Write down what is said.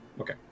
Okay